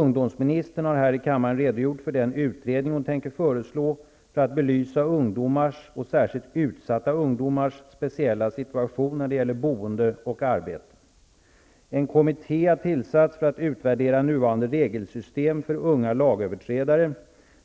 Ungdomsministern har här i kammaren redogjort för den utredning hon tänker föreslå för att belysa ungdomars och särskilt utsatta ungdomars speciella situation när det gäller boende och arbete. - En kommitté har tillsatts för att utvärdera nuvarande regelsystem för unga lagöverträdare